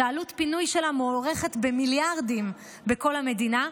שעלות הפינוי שלה מוערכת במיליארדים בכל המדינה,